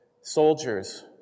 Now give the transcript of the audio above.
soldiers